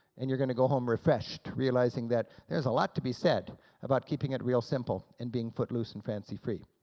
and you're going to go home refreshed, realizing that there's a lot to be said about keeping it real simple and being footloose and fancy-free.